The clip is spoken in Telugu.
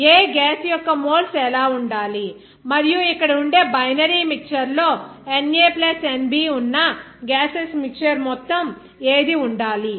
A గ్యాస్ యొక్క మోల్స్ ఎలా ఉండాలి మరియు ఇక్కడ ఉండే బైనరీ మిక్చర్ లో nA nB ఉన్న గ్యాసెస్ మిక్చర్ మొత్తం ఏది ఉండాలి